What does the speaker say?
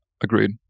Agreed